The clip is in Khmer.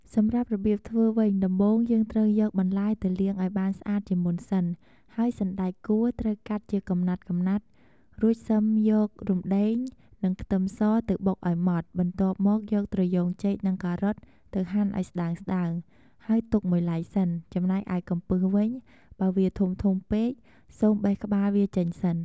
សម្រាប់របៀបធ្វើវិញ ដំបូងយើងត្រូវយកបន្លែទៅលាងឱ្យបានស្អាតជាមុនសិន ហើយសណ្ដែកគួរត្រូវកាត់ជាកំណាត់ៗ រួចសិមយករំដេង និងខ្ទឹមសទៅបុកឱ្យម៉ដ្តបន្ទាប់មកយកត្រយូងចេកនិងការ៉ុតទៅហាន់ឱ្យស្តើងៗ ហើយទុកមួយឡែកសិន ចំណែកឯកំពឹសវិញ បើវាធំៗពេក សូមបេះក្បាលវាចេញសិន។